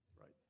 Right